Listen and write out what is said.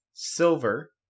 Silver